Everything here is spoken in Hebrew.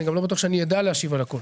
אני גם לא בטוח שאני אדע להשיב על הכול.